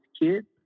kids